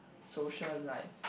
social life